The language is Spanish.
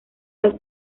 las